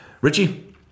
Richie